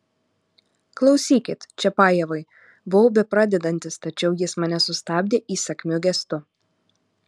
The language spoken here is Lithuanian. klausykit čiapajevai buvau bepradedantis tačiau jis mane sustabdė įsakmiu gestu